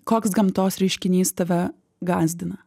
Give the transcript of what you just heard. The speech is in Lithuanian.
koks gamtos reiškinys tave gąsdina